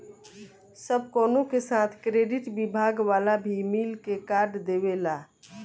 सब कवनो के साथ क्रेडिट विभाग वाला भी मिल के कार्ड देवेला